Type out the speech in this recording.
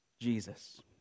Jesus